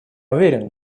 уверен